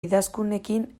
idazkunekin